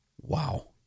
Wow